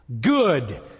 good